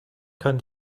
kann